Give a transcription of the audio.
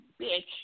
bitch